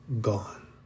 gone